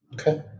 Okay